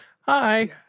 Hi